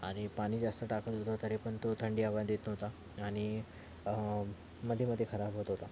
आणि पाणी जास्त टाकत होतो तरी पण तो थंडी हवा देत नव्हता आणि मध्ये मध्ये खराब होत होता